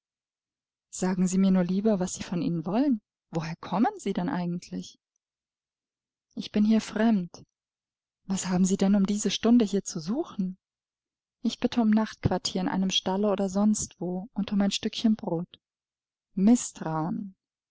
sagen sie mir nur lieber was sie von ihnen wollen woher kommen sie denn eigentlich ich bin hier fremd was haben sie denn um diese stunde hier zu suchen ich bitte um nachtquartier in einem stalle oder sonst wo und um ein stückchen brot mißtrauen